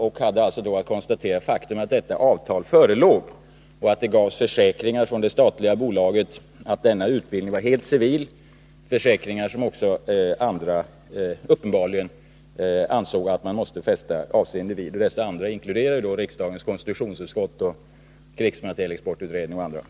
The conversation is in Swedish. Jag hade alltså då att konstatera det faktum att detta avtal förelåg och att det gavs försäkringar från det statliga bolaget om att utbildningen var helt civil — försäkringar som också andra uppenbarligen ansåg att man måste fästa avseende vid. Dessa andra inkluderade riksdagens konstitutionsutskott, krigsmaterielexportutredningen m.fl.